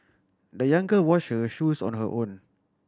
the young girl washed her shoes on her own